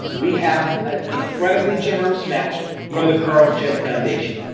we have an incredibly generous match from the carl jud foundation.